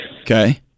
Okay